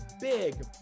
big